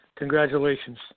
Congratulations